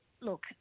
look